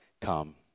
come